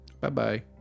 Bye-bye